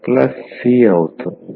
I